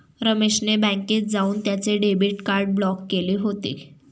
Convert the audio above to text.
रमेश ने बँकेत जाऊन त्याचे डेबिट कार्ड ब्लॉक केले होते